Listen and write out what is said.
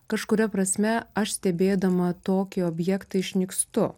kažkuria prasme aš stebėdama tokį objektą išnykstu